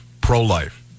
pro-life